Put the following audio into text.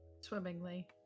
Swimmingly